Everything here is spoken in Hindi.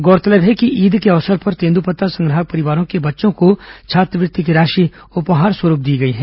गौरतलब है कि ईद के अवसर पर तेंदूपत्ता संग्राहक परिवारों के बच्चों को छात्रवृत्ति की राशि उपहार स्वरूप दी गई है